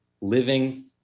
living